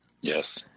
Yes